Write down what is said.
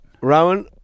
Rowan